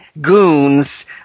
goons